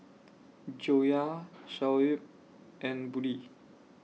Joyah Shoaib and Budi